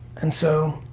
and so,